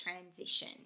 transition